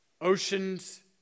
oceans